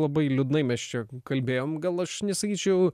labai liūdnai mes čia kalbėjom gal aš nesakyčiau